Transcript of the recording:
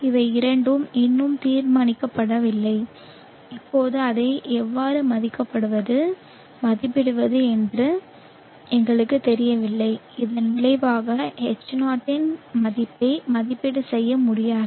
இவை இரண்டும் இன்னும் தீர்மானிக்கப்படவில்லை இப்போது அதை எவ்வாறு மதிப்பிடுவது என்று எங்களுக்குத் தெரியவில்லை இதன் விளைவாக H0 இன் மதிப்பை மதிப்பீடு செய்ய முடியாது